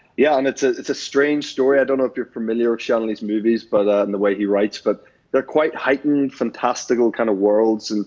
yeah, and it's ah it's a strange story. i don't know if you're familiar with shanley's movies but ah and the way he writes, but they're quite heightened, fantastical kind of worlds. and